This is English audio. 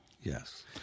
Yes